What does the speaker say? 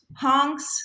punks